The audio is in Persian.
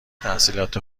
تحصیلات